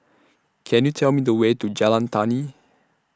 Can YOU Tell Me The Way to Jalan Tani